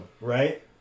Right